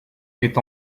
est